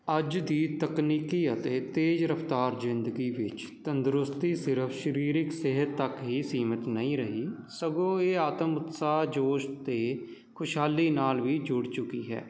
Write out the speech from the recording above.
ਅੱਜ ਦੀ ਤਕਨੀਕੀ ਅਤੇ ਤੇਜ਼ ਰਫ਼ਤਾਰ ਜ਼ਿੰਦਗੀ ਵਿੱਚ ਤੰਦਰੁਸਤੀ ਸਿਰਫ਼ ਸ਼ਰੀਰਕ ਸਿਹਤ ਤੱਕ ਹੀ ਸੀਮਤ ਨਹੀਂ ਰਹੀ ਸਗੋਂ ਇਹ ਆਤਮ ਉਤਸ਼ਾਹ ਜੋਸ਼ ਅਤੇ ਖੁਸ਼ਹਾਲੀ ਨਾਲ਼ ਵੀ ਜੁੜ ਚੁੱਕੀ ਹੈ